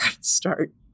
start